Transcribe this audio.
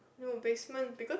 no basement because